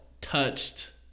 touched